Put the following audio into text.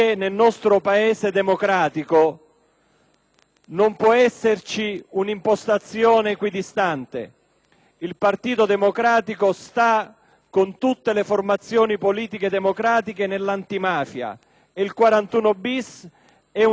non può esserci un'impostazione equidistante. Il Partito Democratico sta con tutte le formazioni politiche democratiche nell'antimafia e il 41-*bis* è una grande risorsa della nostra democrazia,